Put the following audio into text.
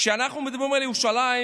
כשאנחנו מדברים על ירושלים